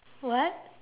what